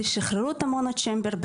תשחררו את המונוצ'יימבר.